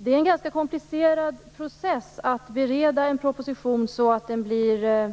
Det är en ganska komplicerad process att bereda en proposition så att den blir